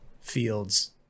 Fields